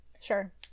Sure